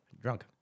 Drunk